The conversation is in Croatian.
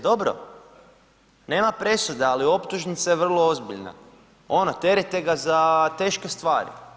Dobro nema presude, ali optužnica je vrlo ozbiljna, ono, terete ga za teške stvari.